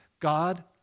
God